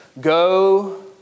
Go